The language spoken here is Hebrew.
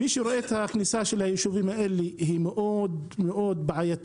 הכניסה של היישובים האלה היא מאוד בעייתית,